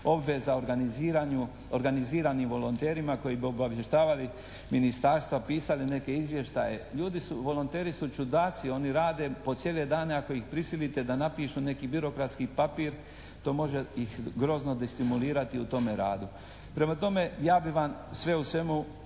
obveza organiziranim volonterima koji bi obavještavali ministarstva, pisali neke izvještaje. Ljudi su, volonteri su čudaci, oni rade po cijele dane, ako ih prisilite da napišu neki birokratski papir to može ih grozno destimulirati u tome radu. Prema tome, ja bi vam sve u svemu